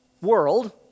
world